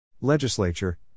Legislature